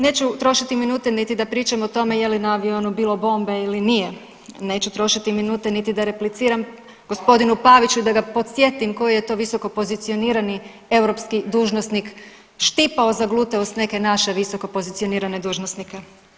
Neću trošiti minute niti da pričam o tome je li na avionu bilo bombe ili nije, neću trošiti minute niti da repliciram gospodinu Paviću da ga podsjetim koji je to visokopozicionirani europski dužnosnik štipao za gluteus neke naše visokopozicionirane dužnosnike.